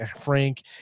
Frank